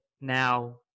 now